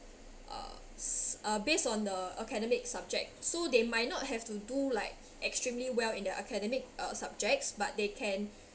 uh based on the academic subject so they might not have to do like extremely well in their academic uh subjects but they can